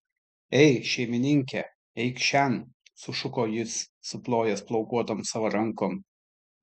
ei šeimininke eik šen sušuko jis suplojęs plaukuotom savo rankom